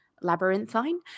labyrinthine